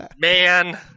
man